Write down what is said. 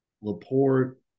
Laporte